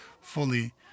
fully